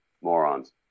morons